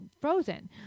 frozen